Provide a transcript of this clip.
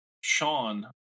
Sean